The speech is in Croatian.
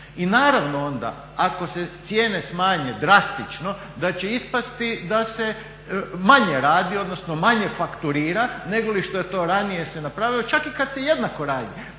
I naravno onda ako se cijene smanje drastično da će ispasti da se manje radi odnosno manje fakturira nego li što je to ranije se napravilo čak i kada se jednako radi,